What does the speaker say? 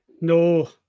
No